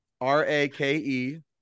r-a-k-e